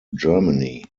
germany